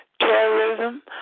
Terrorism